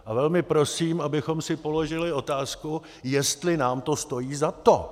A velmi prosím, abychom si položili otázku, jestli nám to stojí za to.